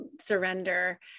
surrender